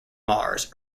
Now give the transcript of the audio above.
mars